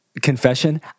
Confession